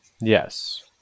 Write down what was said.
Yes